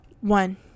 one